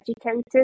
educated